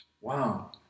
Wow